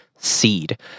Seed